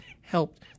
helped